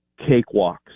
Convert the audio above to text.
cakewalks